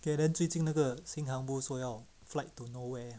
K then 最近那个 singapore 说要 flight to nowhere